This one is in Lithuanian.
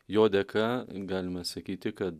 jo dėka galima sakyti kad